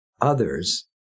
others